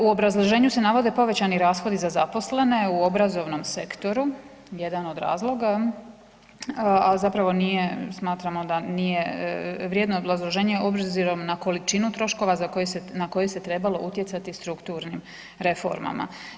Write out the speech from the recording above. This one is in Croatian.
U obrazloženju se navodi povećani rashodi za zaposlene, u obrazovnom sektoru, jedan od razloga a zapravo nije, smatramo da nije vrijedno obrazloženja obzirom na količinu troškova na koje se trebalo utjecati strukturnim reformama.